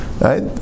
right